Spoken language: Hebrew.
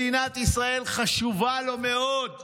מדינת ישראל חשובה לו מאוד מאוד.